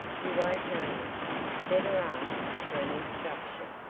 you won't know me better ask for an introduction,